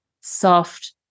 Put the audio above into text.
soft